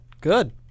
Good